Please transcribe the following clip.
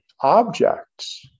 objects